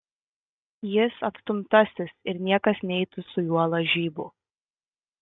jis atstumtasis ir niekas neitų su juo lažybų